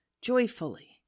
joyfully